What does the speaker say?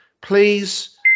Please